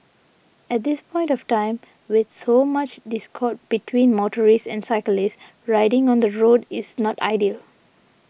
at this point of time with so much discord between motorists and cyclists riding on the road is not ideal